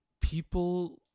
people